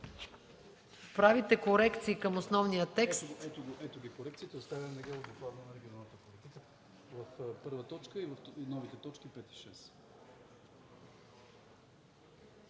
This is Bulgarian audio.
правите корекции към основния текст